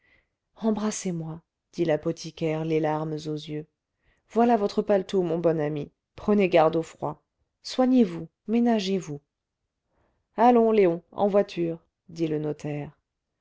embrassez-moi dit l'apothicaire les larmes aux yeux voilà votre paletot mon bon ami prenez garde au froid soignez-vous ménagez vous allons léon en voiture dit le notaire